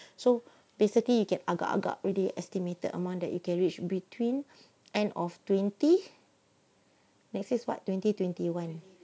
so basically you can agak agak already estimated amount that you can reach between end of twenty next year is what twenty twenty one ah